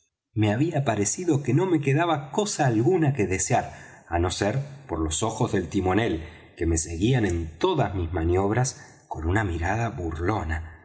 me había parecido que no me quedaba cosa alguna que desear á no ser por los ojos del timonel que me seguían en todas mis maniobras con una mirada burlona